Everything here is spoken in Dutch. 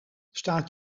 staat